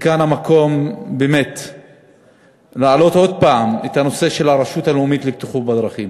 כאן המקום להעלות שוב את הנושא של הרשות הלאומית לבטיחות בדרכים.